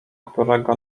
którego